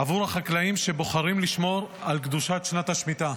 עבור החקלאים שבוחרים לשמור על קדושת שנת השמיטה.